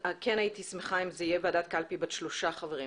הייתי שמחה אם זה היה ועדת קלפי בעלת שלושה חברים.